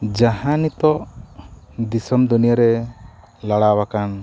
ᱡᱟᱦᱟᱸ ᱱᱤᱛᱚᱜ ᱫᱤᱥᱚᱢ ᱫᱩᱱᱤᱭᱟᱹ ᱨᱮ ᱞᱟᱲᱟᱣ ᱟᱠᱟᱱ